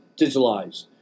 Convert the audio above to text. digitalized